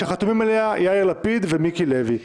שחתומים עליה יאיר לפיד ומיקי לוי.